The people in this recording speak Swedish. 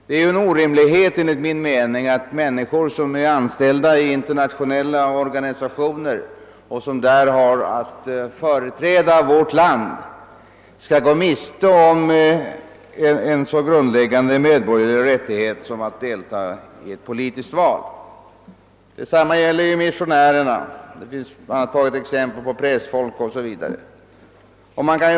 Det är enligt min mening en orimlighet att människor, som är anställda i internationella organisationer och som där har att företräda vårt land, skall gå miste om en så grundläggande medborgerlig rättighet som att delta i ett politiskt val. Detsamma gäller missionärer, pressfolk m.fl.